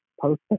post